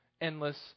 endless